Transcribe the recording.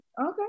okay